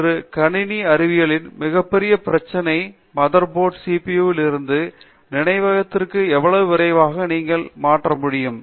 இன்று கணினி அறிவியலின் மிகப்பெரிய பிரச்சனை மதர்போர்டில் சி பி யூ வில் இருந்து நினைவகத்திற்கு எவ்வளவு விரைவாக நீங்கள் மாற்ற முடியும்